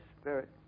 Spirit